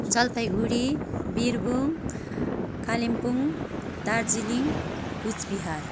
Jalpaiguri Birbhum Kalimpong Darjeeling Cooch Behar